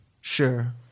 Sure